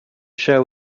show